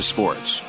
Sports